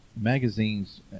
Magazines